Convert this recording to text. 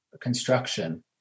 construction